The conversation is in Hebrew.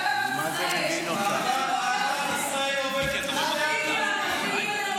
גם את אימא ללוחם בעזה, אבל יש כאלה שלא.